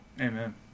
amen